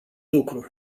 lucru